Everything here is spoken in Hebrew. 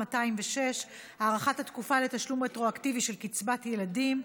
206) (הארכת התקופה לתשלום רטרואקטיבי של קצבת ילדים),